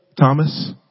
Thomas